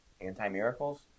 anti-miracles